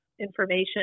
information